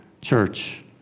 church